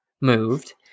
moved